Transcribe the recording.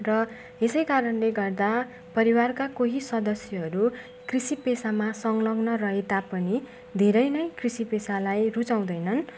र यसै कारणले गर्दा परिवारका कोही सदस्यहरू कृषि पेसामा संलग्न रहे तापनि धेरै नै कृषि पेसालाई रुचाउँदैनन्